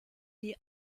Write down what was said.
die